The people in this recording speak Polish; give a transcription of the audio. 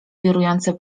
wirujące